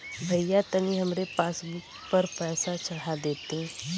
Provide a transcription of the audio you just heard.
भईया तनि हमरे पासबुक पर पैसा चढ़ा देती